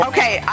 Okay